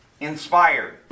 Inspired